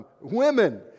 Women